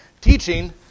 teaching